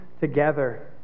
together